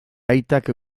aitak